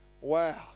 Wow